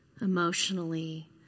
emotionally